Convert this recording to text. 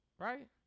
Right